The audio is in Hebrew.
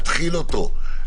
להתחיל אותו,